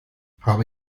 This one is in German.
habe